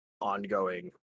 ongoing